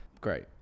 Great